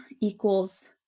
equals